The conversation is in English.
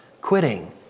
quitting